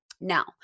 Now